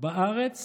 בארץ